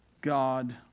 God